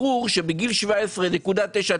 ברור שבגיל 17.999,